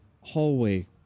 hallway